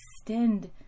extend